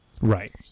right